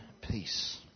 peace